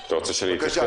אתה רוצה שאתייחס?